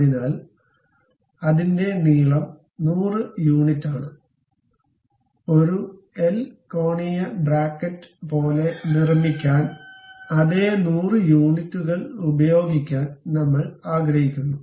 അതിനാൽ അതിന്റെ നീളം 100 യൂണിറ്റാണ് ഒരു എൽ കോണീയ ബ്രാക്കറ്റ് പോലെ നിർമ്മിക്കാൻ അതേ 100 യൂണിറ്റുകൾ ഉപയോഗിക്കാൻ നമ്മൾ ആഗ്രഹിക്കുന്നു